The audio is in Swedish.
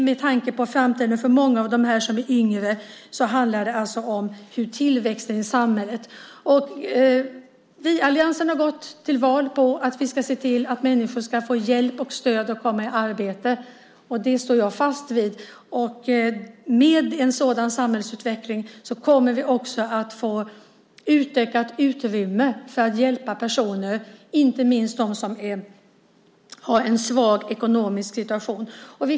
Med tanke på framtiden för många av de här personerna som är yngre handlar det alltså om hur tillväxten i samhället blir. Vi i alliansen har gått till val på att vi ska se till att människor ska få hjälp och stöd och komma i arbete. Det står jag fast vid. Med en sådan samhällsutveckling kommer vi också att få ett utökat utrymme för att hjälpa inte minst dem som har en svag ekonomisk situation.